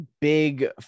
big